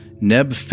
Neb